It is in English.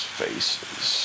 faces